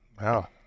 Wow